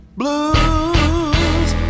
blues